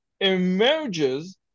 emerges